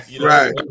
Right